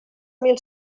mil